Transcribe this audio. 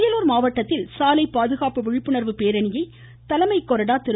அரியலூர் மாவட்டத்தில் சாலை பாதுகாப்பு விழிப்புணர்வு பேரணியை அரசு தலைமை கொறடா திரு